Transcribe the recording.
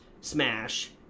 smash